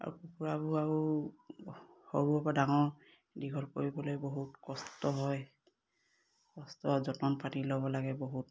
আৰু কুকুৰা সৰুৰ পৰা ডাঙৰ দীঘল কৰিবলৈ বহুত কষ্ট হয় কষ্ট যতন পাতি ল'ব লাগে বহুত